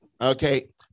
Okay